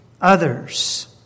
others